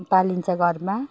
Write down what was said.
पालिन्छ घरमा